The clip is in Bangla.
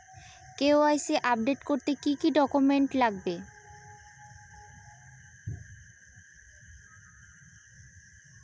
কে.ওয়াই.সি আপডেট করতে কি কি ডকুমেন্টস লাগবে?